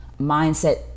mindset